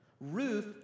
Ruth